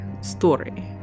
story